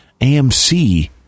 AMC